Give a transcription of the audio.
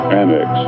annex